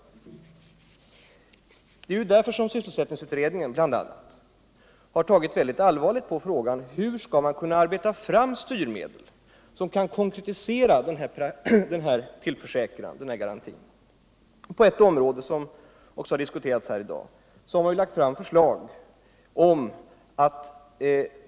Det är bl.a. därför som sysselsättningsutredningen tagit mycket allvarligt på frågan: Hur skall man kunna arbeta fram styrmedel som kan konkretisera denna garanti? På ett område, som också har diskuterats här i dag, har vi lagt fram förslag om lagstiftning.